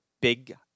big